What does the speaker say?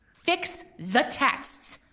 fix the tests,